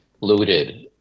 looted